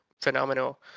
phenomenal